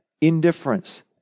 indifference